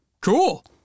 cool